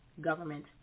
government